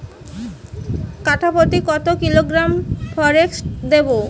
কাঠাপ্রতি কত কিলোগ্রাম ফরেক্স দেবো?